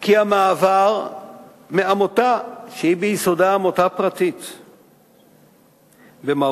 כי המעבר מעמותה, שהיא עמותה פרטית במהותה,